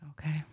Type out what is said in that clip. Okay